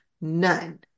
none